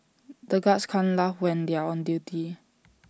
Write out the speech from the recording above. the guards can't laugh when they are on duty